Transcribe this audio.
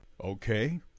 Okay